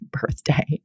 birthday